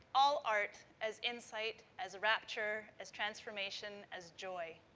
all art as insight, as rapture, as transformation, as joy.